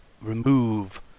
remove